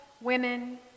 women